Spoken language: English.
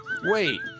Wait